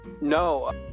No